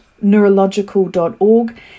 neurological.org